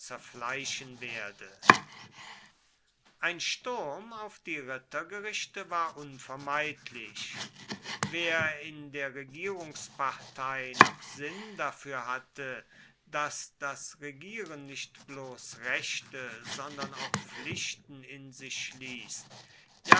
zerfleischen werde ein sturm auf die rittergerichte war unvermeidlich wer in der regierungspartei noch sinn dafür hatte daß das regieren nicht bloß rechte sondern auch pflichten in sich